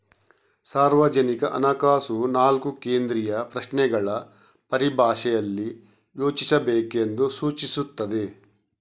ಸಾರ್ವಜನಿಕ ಹಣಕಾಸು ನಾಲ್ಕು ಕೇಂದ್ರೀಯ ಪ್ರಶ್ನೆಗಳ ಪರಿಭಾಷೆಯಲ್ಲಿ ಯೋಚಿಸಬೇಕೆಂದು ಸೂಚಿಸುತ್ತದೆ